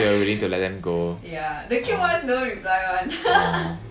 so you are willing to let them go orh orh